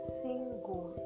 single